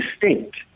distinct